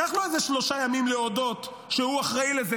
לקח לו איזה שלושה ימים להודות שהוא אחראי לזה,